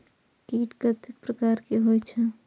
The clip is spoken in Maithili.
कीट कतेक प्रकार के होई छै?